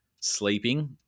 sleeping